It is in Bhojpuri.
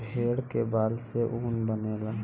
भेड़ के बाल से ऊन बनेला